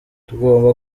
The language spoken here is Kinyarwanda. tugomba